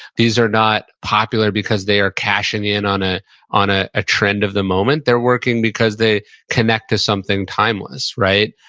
these are not popular because they are cashing in on ah a ah ah trend of the moment, they're working because they connect to something timeless, right?